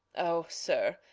o, sir,